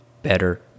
better